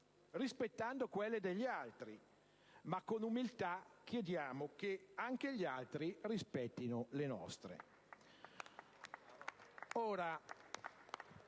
rispettando quelle degli altri, ma con umiltà chiediamo che anche gli altri rispettino le nostre.